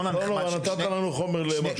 לא, לא, נתת לנו חומר למחשבה.